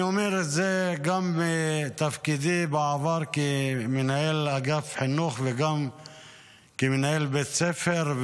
אני אומר את זה גם מתפקידי בעבר כמנהל אגף חינוך וגם כמנהל בית ספר,